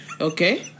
Okay